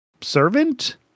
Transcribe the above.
servant